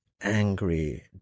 angry